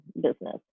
business